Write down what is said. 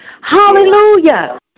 Hallelujah